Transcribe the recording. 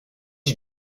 you